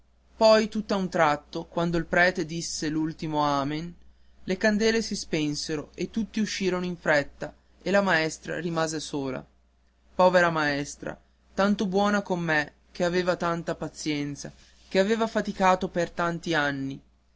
oscura poi tutt'a un tratto quando il prete disse l'ultimo amen le candele si spensero e tutti uscirono in fretta e la maestra rimase sola povera maestra tanto buona con me che aveva tanta pazienza che aveva faticato per tanti anni